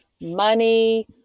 money